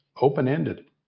open-ended